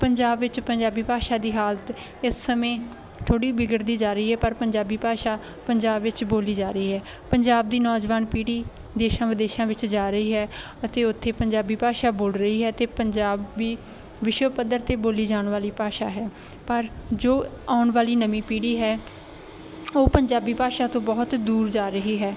ਪੰਜਾਬ ਵਿੱਚ ਪੰਜਾਬੀ ਭਾਸ਼ਾ ਦੀ ਹਾਲਤ ਇਸ ਸਮੇਂ ਥੋੜ੍ਹੀ ਵਿਗੜਦੀ ਜਾ ਰਹੀ ਹੈ ਪਰ ਪੰਜਾਬੀ ਭਾਸ਼ਾ ਪੰਜਾਬ ਵਿੱਚ ਬੋਲੀ ਜਾ ਰਹੀ ਹੈ ਪੰਜਾਬ ਦੀ ਨੌਜਵਾਨ ਪੀੜ੍ਹੀ ਦੇਸ਼ਾਂ ਵਿਦੇਸ਼ਾਂ ਵਿੱਚ ਜਾ ਰਹੀ ਹੈ ਅਤੇ ਉੱਥੇ ਪੰਜਾਬੀ ਭਾਸ਼ਾ ਬੋਲ ਰਹੀ ਹੈ ਅਤੇ ਪੰਜਾਬੀ ਵਿਸ਼ਵ ਪੱਧਰ 'ਤੇ ਬੋਲੀ ਜਾਣ ਵਾਲੀ ਭਾਸ਼ਾ ਹੈ ਪਰ ਜੋ ਆਉਣ ਵਾਲੀ ਨਵੀਂ ਪੀੜ੍ਹੀ ਹੈ ਉਹ ਪੰਜਾਬੀ ਭਾਸ਼ਾ ਤੋਂ ਬਹੁਤ ਦੂਰ ਜਾ ਰਹੀ ਹੈ